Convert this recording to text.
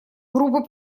группы